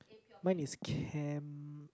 mine is Chem